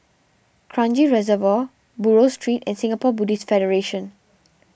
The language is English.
Kranji Reservoir Buroh Street and Singapore Buddhist Federation